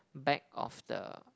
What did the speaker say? back of the